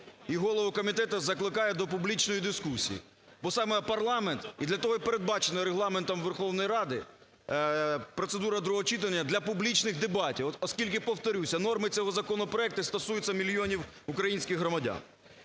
голову комітету закликаю до публічної дискусії, бо саме парламент, і для того й передбачена Регламентом Верховної Ради процедура другого читання для публічних дебатів. Оскільки повторюся, норми цього законопроекту стосуються мільйонів українських громадян.